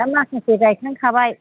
दा माखासे गायखांखाबाय